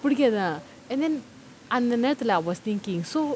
புடிக்காதா:pudikkaathaa and then அந்த நேரத்ல:antha nerthla I was thinking so